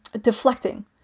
deflecting